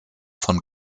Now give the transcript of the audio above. von